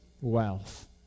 wealth